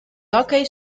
hockey